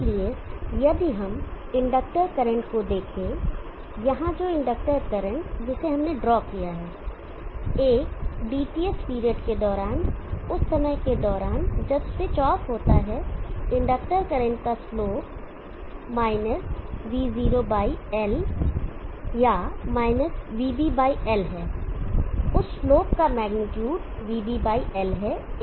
इसलिए यदि हम इंडक्टर करंट को देखें यहां जो इंडक्टर करंट जिसे हमने ड्रॉ किया है 1 DTS पीरियड के दौरान उस समय के दौरान जब स्विच ऑफ होता है इंडक्टर करंट का slope - v0 by L slope - v0 by L या - vB by L - vB by L है उस स्लोप का मेग्नीट्यूड vB बाई L है